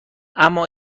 اما